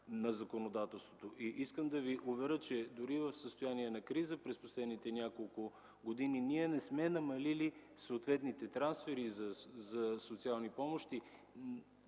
на законодателството. Искам да Ви уверя, че дори в състояние на криза през последните няколко години, ние не сме намалили траншовете за социални помощи.